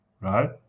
right